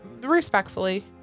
respectfully